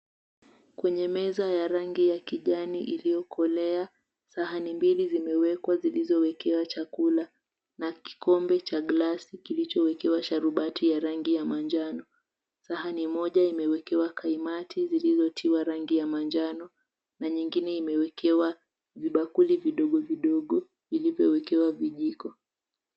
Kwenye meza ya rangi ya kijani iliyokolea, sahani mbili zimewekwa zilizowekewa chakula na kikombe cha glasi kilichowekewa sharubati cha rangi ya manjano. Sahani moja imewekwa kaimati zilizotiwa rangi ya manjano na nyingine imewekewa vibakuli vidogo vidogo vilivyowekewa vijiko.